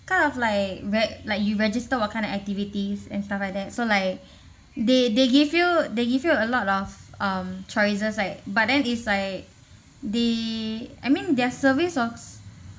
kind of like re~ like you register what kind of activities and stuff like that so like they they give you they give you a lot of um choices like but then is like they I mean their service was